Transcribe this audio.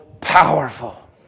powerful